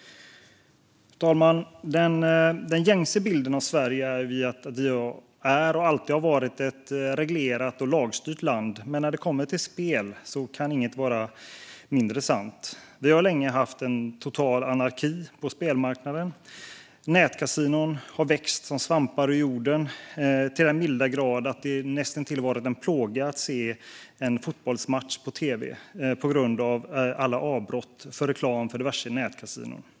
Fru talman! Den gängse bilden av Sverige är att vi alltid har varit ett reglerat och lagstyrt land, men när det kommer till spel kan inget vara mindre sant. Vi har länge haft en total anarki på spelmarknaden. Nätkasinon har vuxit som svampar ur jorden så till den milda grad att det näst intill har varit en plåga att se en fotbollsmatch på grund av alla avbrott för reklam för diverse nätkasinon.